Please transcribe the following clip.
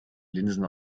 linsen